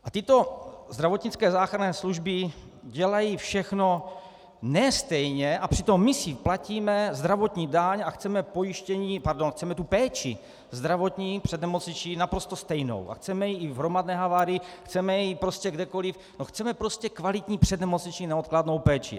A tyto zdravotnické záchranné služby dělají všechno ne stejně, a přitom my si platíme zdravotní daň a chceme pojištění, pardon, chceme tu péči zdravotní, přednemocniční naprosto stejnou a chceme ji i v hromadné havárii, chceme ji prostě kdekoliv, prostě chceme kvalitní přednemocniční neodkladnou péči.